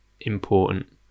important